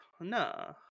No